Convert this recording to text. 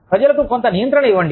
ప్రజలకు కొంత నియంత్రణ ఇవ్వండి